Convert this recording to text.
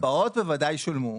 קצבאות בוודאי שולמו.